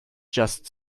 just